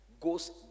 goes